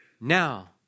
now